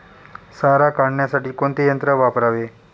सारा काढण्यासाठी कोणते यंत्र वापरावे?